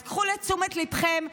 אז קחו לתשומת ליבכם,